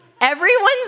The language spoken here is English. everyone's